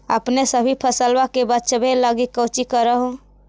अपने सभी फसलबा के बच्बे लगी कौची कर हो?